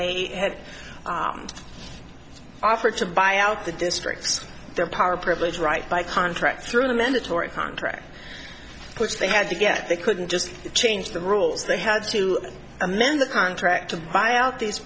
they had offered to buy out the districts their power privilege right by contract through the mandatory contract which they had to get they couldn't just change the rules they had to amend the contract to buy out th